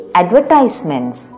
advertisements